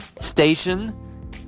station